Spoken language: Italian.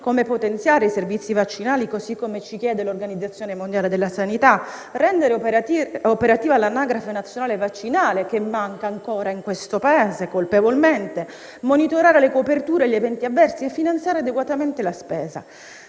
come potenziare i servizi vaccinali, così come ci chiede l'Organizzazione mondiale della sanità; rendere operativa l'anagrafe nazionale vaccinale, che manca ancora in questo Paese, colpevolmente; monitorare le coperture agli eventi avversi e finanziare adeguatamente la spesa.